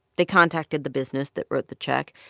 they contacted the business that wrote the check.